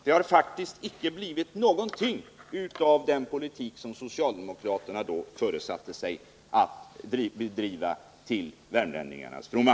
Det har faktiskt icke blivit någonting av den politik som socialdemokraterna då föresatte sig att föra till värmlänningarnas fromma.